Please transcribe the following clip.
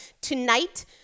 tonight